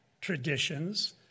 traditions